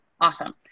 awesome